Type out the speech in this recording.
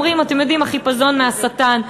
אתם יודעים, אומרים: החיפזון מהשטן.